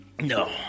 No